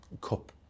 cup